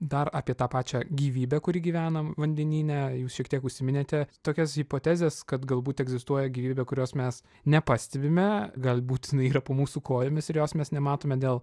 dar apie tą pačią gyvybę kuri gyvena vandenyne jūs šiek tiek užsiminėte tokias hipotezes kad galbūt egzistuoja gyvybė kurios mes nepastebime gal būt jinai yra po mūsų kojomis ir jos mes nematome dėl